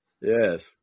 Yes